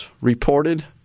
reported